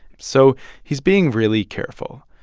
so he's being really careful.